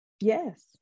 Yes